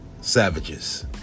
savages